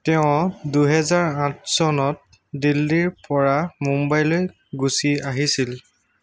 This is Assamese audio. তেওঁ দুহেজাৰ আঠ চনত দিল্লীৰ পৰা মুম্বাইলৈ গুচি আহিছিল